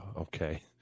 Okay